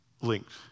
linked